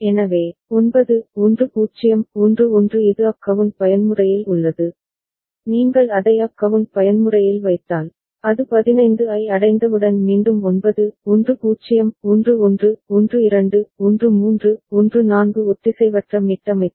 எனவே 9 10 11 இது up count பயன்முறையில் உள்ளது நீங்கள் அதை அப் கவுண்ட் பயன்முறையில் வைத்தால் அது 15 ஐ அடைந்தவுடன் மீண்டும் 9 10 11 12 13 14 ஒத்திசைவற்ற மீட்டமைப்பு